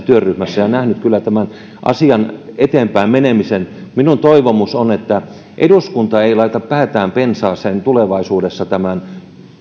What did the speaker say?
työryhmässä ja nähnyt kyllä tämän asian eteenpäin menemisen minun toivomukseni on että eduskunta ei laita päätään pensaaseen tulevaisuudessa